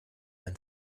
ein